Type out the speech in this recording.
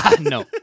No